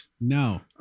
No